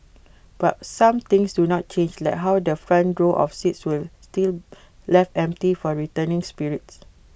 but some things do not change like how the front row of seats where still left empty for returning spirits